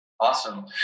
Awesome